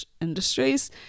industries